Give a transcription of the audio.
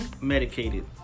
Medicated